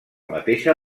mateixa